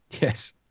Yes